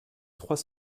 trois